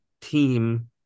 team